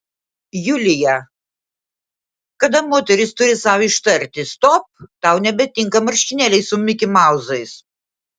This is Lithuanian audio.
julija kada moteris turi sau ištarti stop tau nebetinka marškinėliai su mikimauzais